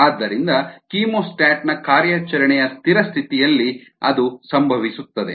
ಆದ್ದರಿಂದ ಕೀಮೋಸ್ಟಾಟ್ನ ಕಾರ್ಯಾಚರಣೆಯ ಸ್ಥಿರ ಸ್ಥಿತಿಯಲ್ಲಿ ಅದು ಸಂಭವಿಸುತ್ತದೆ